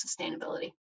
sustainability